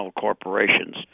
corporations